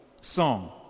song